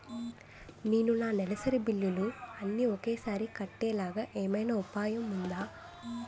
నేను నా నెలసరి బిల్లులు అన్ని ఒకేసారి కట్టేలాగా ఏమైనా ఉపాయం ఉందా?